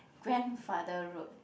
grandfather road